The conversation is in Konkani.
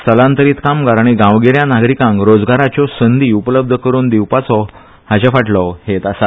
स्थलांतरीत कामगार आनी गावगिरया नागरीकांक रोजगारच्यो संदी उपलब्ध करून दिवपाचो हाचे फाटलो हेत आसा